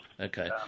Okay